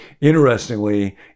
interestingly